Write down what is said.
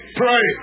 pray